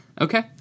Okay